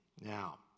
Now